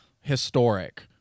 historic